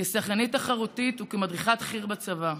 כשחקנית תחרותית וכמדריכת חי"ר בצבא,